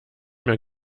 mehr